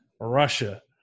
Russia